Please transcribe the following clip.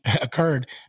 occurred